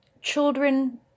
children